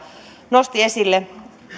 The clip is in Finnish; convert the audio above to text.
nosti esille sellaista